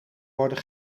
worden